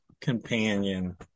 companion